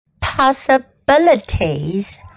possibilities